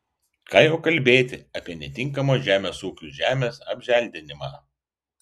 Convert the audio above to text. ką jau kalbėti apie netinkamos žemės ūkiui žemės apželdinimą